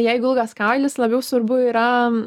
jeigu ilgas kailis labiau svarbu yra